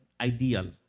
ideal